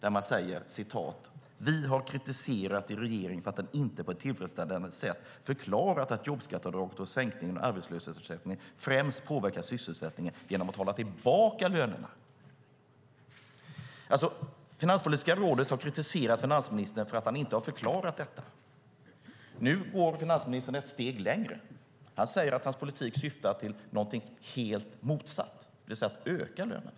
Rådet säger: "Vi har kritiserat regeringen för att den inte på ett tillfredsställande sätt har förklarat att jobbskatteavdraget och sänkningen av arbetslöshetsersättningen främst påverkar sysselsättningen genom att hålla tillbaka lönerna." Finanspolitiska rådet har kritiserat finansministern för att han inte har förklarat detta. Nu går finansministern ett steg längre. Han säger att hans politik syftar till någonting helt motsatt, det vill säga att öka lönerna.